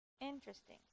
Interesting